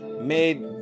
made